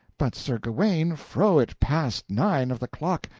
but sir gawaine, fro it passed nine of the clock,